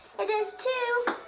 it does too!